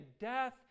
Death